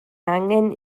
angen